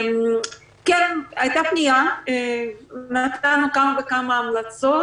כן הייתה פנייה ונתנו כמה וכמה המלצות.